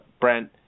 Brent